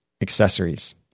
accessories